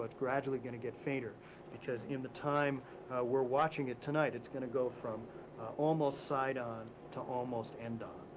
gradually going to get fainter because in the time we're watching it tonight it's going to go, ah, from almost side-on to almost end-on.